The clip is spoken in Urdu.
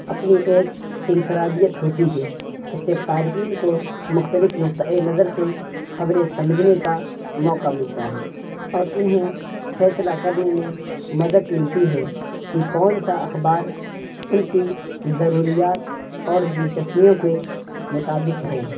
اپنی ایک انفرادیت ہوتی ہے اس سے قارئین کو مختلف نقتہ نظر سے خبریں سمجھنے کا موقع ملتا ہے اور انہیں فیصلہ کرنے میں مدد ملتی ہے یہ کون سا اخبار ان کی ضروریات اور دلچسپیوں کے مطابق ہے